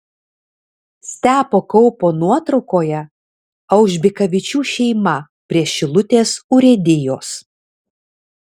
stepo kaupo nuotraukoje aužbikavičių šeima prie šilutės urėdijos